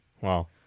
Wow